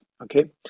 okay